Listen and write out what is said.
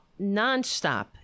Nonstop